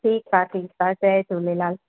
ठीकु आहे ठीकु आहे जय झूलेलाल